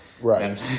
right